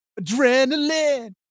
adrenaline